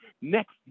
next